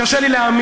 קשה לי להאמין,